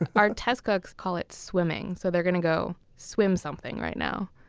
and our test cooks call it swimming. so they're going to go swim something right now,